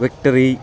victory